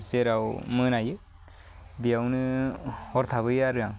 जेराव मोनायो बेयावनो हर थाबोयो आरो आं